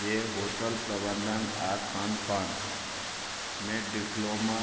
जे होटल प्रबन्धन आ खानपानमे डिप्लोमा